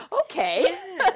okay